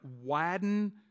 widen